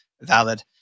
valid